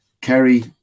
Kerry